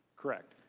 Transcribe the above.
correct.